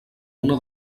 una